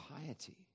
piety